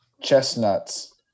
Chestnuts